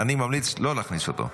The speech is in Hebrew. אני ממליץ לא להכניס אותו?